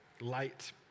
light